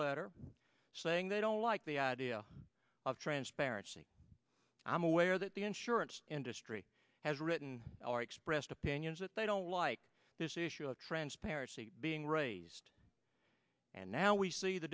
letter saying they don't like the idea of transparency i'm aware that the insurance industry has written our expressed opinions that they don't like this issue of transparency being raised and now we see the